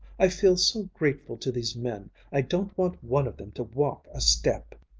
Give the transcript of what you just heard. i feel so grateful to these men i don't want one of them to walk a step!